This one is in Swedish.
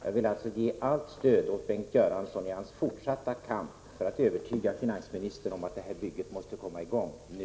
Jag vill alltså ge allt stöd åt Bengt Göransson i hans fortsatta kamp för att övertyga finansministern om att detta bygge måste komma i gång nu.